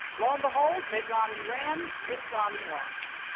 lo and behold, mitt romney ran. mitt romney lost.